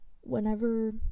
whenever